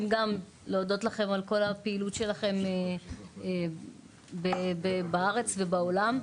גם להודות לכם על כל הפעילות שלכם בארץ ובעולם.